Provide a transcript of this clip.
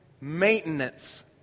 maintenance